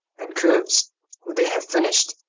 and curves when they have finished,